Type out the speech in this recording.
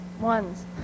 ones